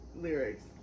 lyrics